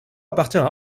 appartient